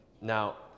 Now